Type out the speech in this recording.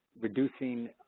reducing